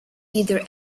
either